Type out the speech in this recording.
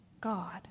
God